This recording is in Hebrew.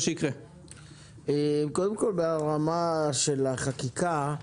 ברמה של החקיקה,